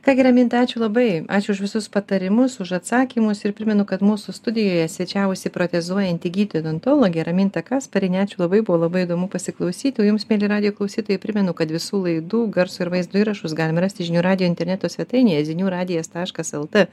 ką gi raminta ačiū labai ačiū už visus patarimus už atsakymus ir primenu kad mūsų studijoje svečiavosi protezuojanti gydytoja odontologė raminta kasparienė ačiū labai buvo labai įdomu pasiklausyt o jums mieli radijo klausytojai primenu kad visų laidų garso ir vaizdo įrašus galima rasti žinių radijo interneto svetainėje ziniuradijas taškas lt